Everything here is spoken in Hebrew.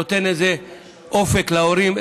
שנותנת איזה אופק להורים,